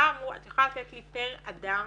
את יכולה לתת לי פר אדם